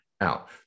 out